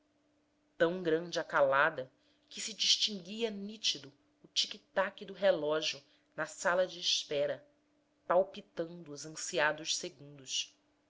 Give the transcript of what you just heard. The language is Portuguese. tão grande a calada que se distinguia nítido o tique taque do relógio na sala de espera palpitando os ansiados segundos